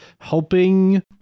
helping